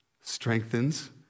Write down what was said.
strengthens